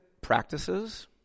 practices